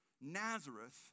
Nazareth